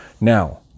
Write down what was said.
Now